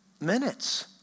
minutes